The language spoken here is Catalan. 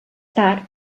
tard